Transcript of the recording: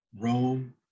Rome